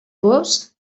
gos